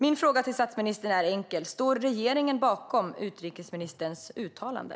Min fråga till statsministern är enkel: Står regeringen bakom utrikesministerns uttalande?